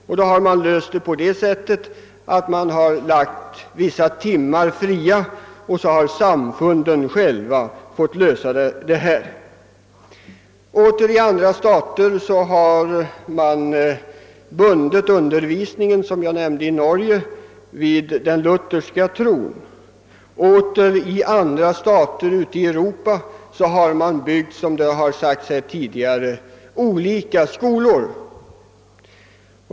Man har då löst frågan på det sättet, att vissa timmar har lagts fria, och så har de olika samfunden fått lösa frågan om religionsundervisning. I andra stater — såsom i Norge, som jag nämnde — har undervisningen bundits vid den lutherska tron. I de flesta stater i Europa har man, som tidigare har sagts, byggt olika skolor.